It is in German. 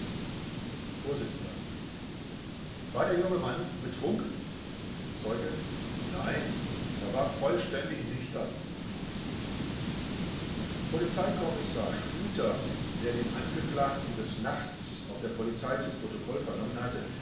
vors war der junge mann betrunken zeuge nein er war vollständig nüchtern polizeikommissar schlüter der den angeklagten des nachts auf der polizei zu protokoll vernommen hatte